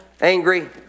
angry